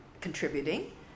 contributing